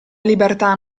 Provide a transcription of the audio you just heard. libertà